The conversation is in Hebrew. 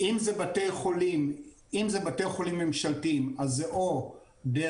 אם זה בתי חולים ממשלתיים אז זה או דרך